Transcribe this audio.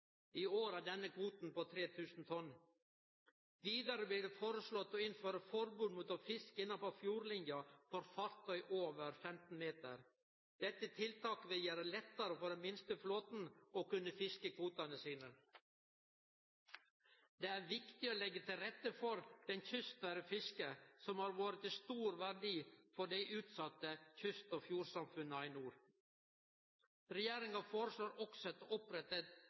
i dei aktuelle områda. I år er denne kvoten på 3 000 tonn. Vidare blir det foreslått å innføre forbod mot å fiske innanfor fjordlinja for fartøy over 15 meter. Dette tiltaket vil gjere det lettare for den minste flåten å kunne fiske kvotane sine. Det er viktig å leggje til rette for det kystnære fisket, som har vore av stor verdi for dei utsette kyst- og fjordsamfunna i nord. Regjeringa foreslår også